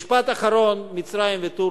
יש, משפט אחרון, מצרים וטורקיה.